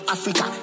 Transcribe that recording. Africa